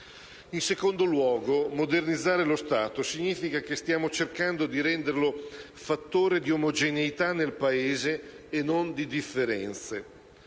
In secondo luogo, modernizzare lo Stato significa che stiamo cercando di renderlo fattore di omogeneità nel Paese, e non di differenze.